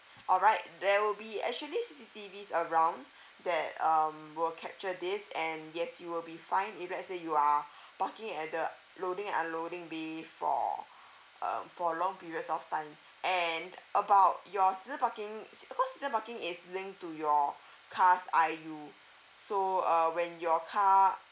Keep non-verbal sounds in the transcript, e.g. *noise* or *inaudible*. alright there will be actually C_C_T_Vs around that um will capture this and yes you will be fined if let say you are *breath* parking at the loading and unloading bay for *breath* um for long periods of time and about your season parking is of course season parking is linked to your *breath* car's I_U so uh when your car